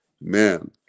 man